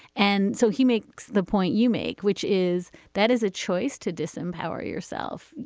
and so he makes the point you make, which is that is a choice to disempower yourself.